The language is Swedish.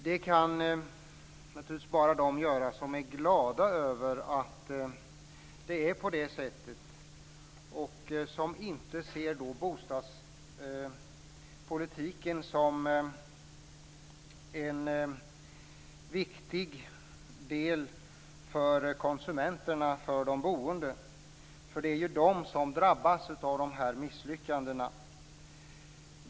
Det kan naturligtvis bara de göra som är glada över att det är på det sättet och som inte ser bostadspolitiken som en viktig del för konsumenterna - för de boende. De är ju de som drabbas av dessa misslyckanden.